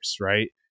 right